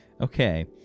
Okay